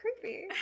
creepy